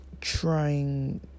trying